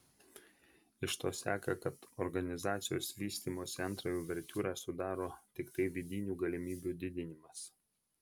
iš to seka kad organizacijos vystymosi antrąją uvertiūrą sudaro tiktai vidinių galimybių didinimas